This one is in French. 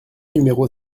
numéro